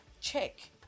check